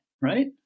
right